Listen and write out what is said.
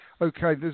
Okay